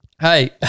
hey